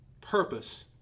purpose